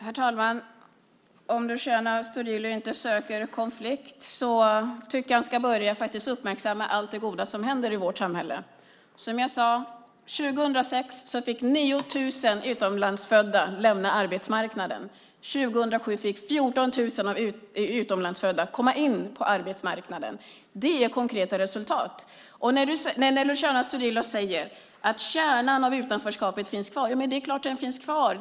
Herr talman! Om Luciano Astudillo inte söker konflikt tycker jag faktiskt att han ska börja uppmärksamma allt det goda som händer i vårt samhälle. Som jag sade fick 9 000 utlandsfödda år 2006 lämna arbetsmarknaden. År 2007 fick 14 000 utlandsfödda komma in på arbetsmarknaden. Det är konkreta resultat. Luciano Astudillo säger att kärnan i utanförskapet finns kvar. Det är klart att den finns kvar.